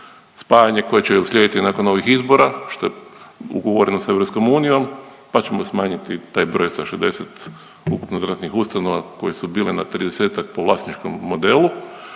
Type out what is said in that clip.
Spajanje koje će uslijediti nakon ovih izbora, što je ugovoreno sa EU pa ćemo smanjiti taj broj sa 60 ukupno zdravstvenih ustanova koje su bile na 30-ak po vlasničkom modelu,